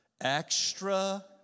Extra